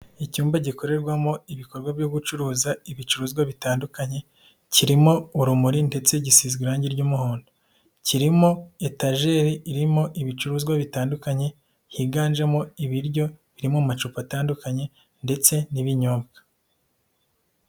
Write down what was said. Icyumba gikorerwamo ibikorwa byo gucuruza ibicuruzwa bitandukanye, kirimo urumuri ndetse gisizwe irangi ry'umuhondo, kirimo etajeri irimo ibicuruzwa bitandukanye higanjemo ibiryo biri mu macupa atandukanye ndetse n'ibinyobwa.